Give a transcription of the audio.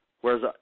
Whereas